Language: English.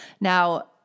Now